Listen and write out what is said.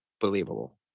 believable